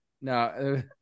No